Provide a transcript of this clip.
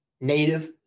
native